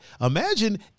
Imagine